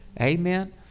amen